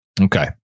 Okay